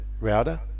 router